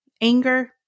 anger